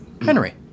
Henry